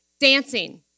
Dancing